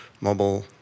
mobile